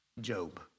Job